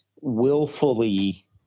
willfully